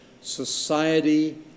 Society